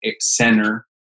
center